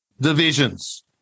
divisions